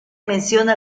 menciona